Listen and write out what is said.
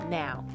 now